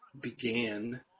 began